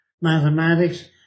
Mathematics